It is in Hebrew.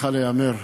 צריכה להיאמר,